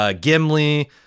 Gimli